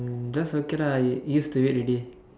um that's okay lah used used to it already